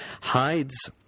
hides